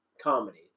comedy